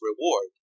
reward